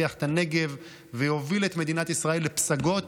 יפתח את הנגב ויוביל את מדינת ישראל לפסגות,